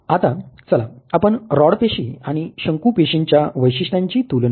आता चला आपण रॉड पेशी आणि शंकू पेशींच्या वैशिष्ट्यांची तुलना करू